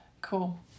Cool